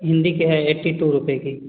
हिन्दी की है eighty two रुपये की